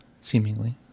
Seemingly